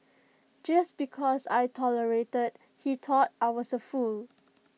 just because I tolerated he thought I was A fool